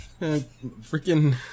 Freaking